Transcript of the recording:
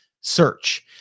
search